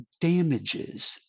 damages